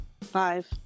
Five